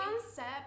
concept